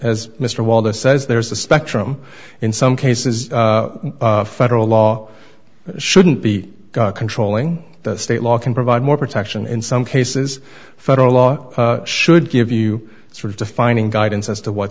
says there's a spectrum in some cases federal law shouldn't be controlling the state law can provide more protection in some cases federal law should give you sort of defining guidance as to what